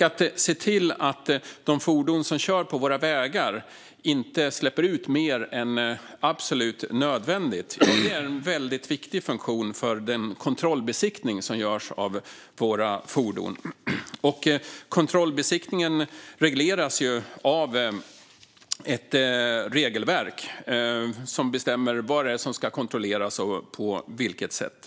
Att se till att de fordon som kör på våra vägar inte släpper ut mer än absolut nödvändigt är en väldigt viktig funktion för den kontrollbesiktning som görs av våra fordon. Kontrollbesiktningen regleras ju av ett regelverk som bestämmer vad det är som ska kontrolleras och på vilket sätt.